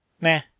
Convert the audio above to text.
Nah